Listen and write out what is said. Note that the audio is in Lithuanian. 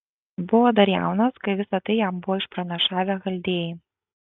buvo dar jaunas kai visa tai jam buvo išpranašavę chaldėjai